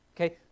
Okay